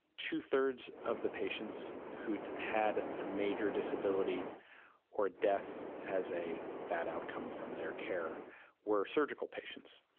two thirds of the patients who'd had a major disability or death as a bad outcome from their care were surgical patients.